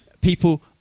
people